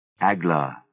Agla